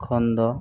ᱠᱷᱚᱱ ᱫᱚ